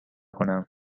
کنم